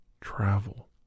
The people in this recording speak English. travel